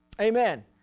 Amen